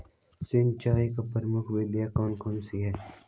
सिंचाई की प्रमुख विधियां कौन कौन सी है?